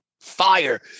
fire